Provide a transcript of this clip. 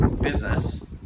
business